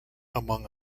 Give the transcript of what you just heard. among